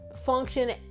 function